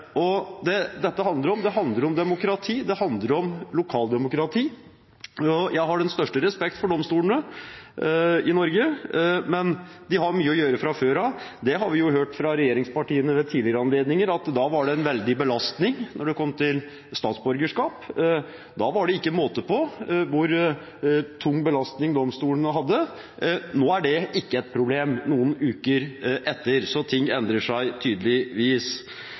Dette handler om demokrati, det handler om lokaldemokrati. Jeg har den største respekt for domstolene i Norge, men de har mye å gjøre fra før av. Det har vi hørt fra regjeringspartiene ved tidligere anledninger – da var det en veldig belastning når det gjaldt statsborgerskap. Da var det ikke måte på hvor tung belastning domstolene hadde. Nå, noen uker etterpå, er det ikke et problem. Ting endrer seg tydeligvis.